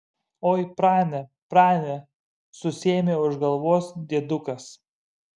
oi prane prane susiėmė už galvos diedukas